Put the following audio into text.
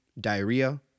diarrhea